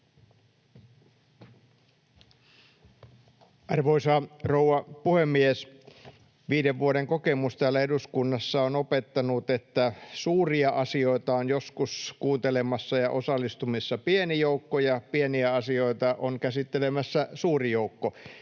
Arvoisa rouva puhemies! Viiden vuoden kokemus täällä eduskunnassa on opettanut, että suurten asioiden kuuntelemiseen on joskus osallistumassa pieni joukko ja pieniä asioita on käsittelemässä suuri joukko.